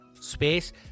space